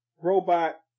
Robot